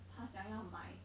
她想要买